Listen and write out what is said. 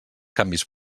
canvis